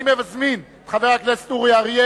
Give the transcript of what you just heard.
אני מזמין את חבר הכנסת אורי אריאל,